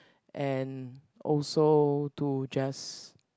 and also to just